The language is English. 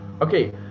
Okay